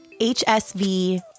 HSV